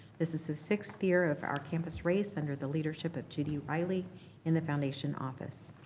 this is the sixth year of our campus race under the leadership of judy riley in the foundation office.